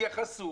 תתייחסו